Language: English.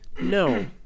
No